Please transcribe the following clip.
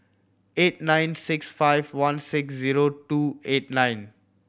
eight nine six five one six zero two eight nine